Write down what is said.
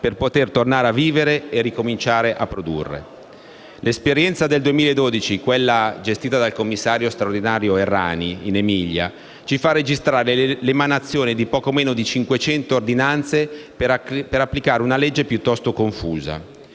per poter tornare a vivere e ricominciare a produrre. L'esperienza del 2012, quella gestita dal commissario straordinario Errani in Emilia, ci fa registrare l'emanazione di poco meno di 500 ordinanze per applicare una legge piuttosto confusa,